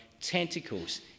tentacles